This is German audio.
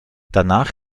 danach